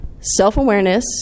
self-awareness